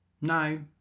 No